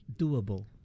doable